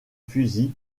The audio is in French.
fusil